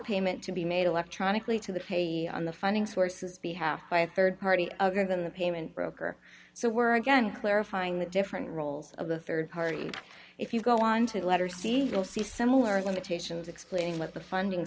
payment to be made electronically to the page on the funding sources behalf by a rd party other than the payment broker so we're again clarifying the different roles of the rd party if you go on to the letter c will see similar limitations explaining what the funding